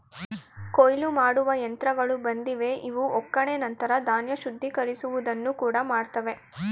ಕೊಯ್ಲು ಮಾಡುವ ಯಂತ್ರಗಳು ಬಂದಿವೆ ಇವು ಒಕ್ಕಣೆ ನಂತರ ಧಾನ್ಯ ಶುದ್ಧೀಕರಿಸುವ ಕೂಡ ಮಾಡ್ತವೆ